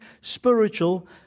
spiritual